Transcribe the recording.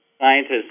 scientists